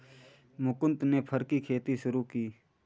मुकुन्द ने फर की खेती शुरू की